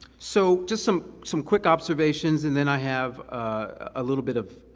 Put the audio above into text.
so just some some quick observations, and then i have a little bit of